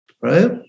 right